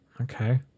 okay